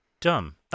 Dumb